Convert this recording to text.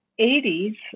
80s